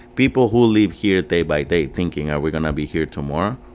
people who live here day by day thinking, are we going to be here tomorrow?